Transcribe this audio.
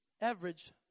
average